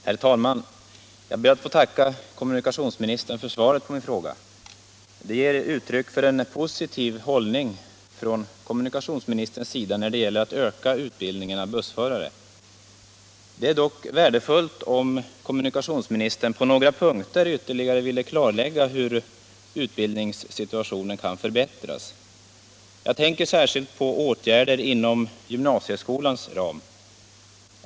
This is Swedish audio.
Herr talman! Jag ber att få tacka kommunikationsministern för svaret på min fråga. Det ger uttryck för en positiv hållning från kommunikationsministerns sida när det gäller att öka utbildningen av bussförare. Det är dock värdefullt om kommunikationsministern på några punkter ytterligare vill klarlägga hur utbildningssituationen kan förbättras. Jag tänker särskilt på åtgärder inom gymnasieskolans ram.